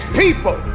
people